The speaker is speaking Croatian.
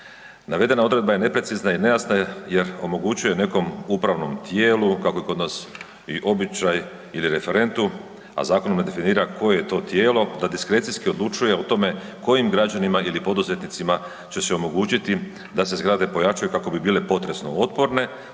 Navedena odredba je neprecizna i nejasna jer omogućuje nekom upravnom tijelu, kako je kod nas običaj ili referentu, a zakon ne definira koje je to tijelo da diskrecijski odlučuje o tome kojim građanima ili poduzetnicima će se omogućiti da se zgrade pojačaju kako bi bile potresno otporne,